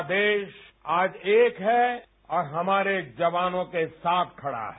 प्ररा देश आज एक है और हमारे जवानों के साथ खड़ा है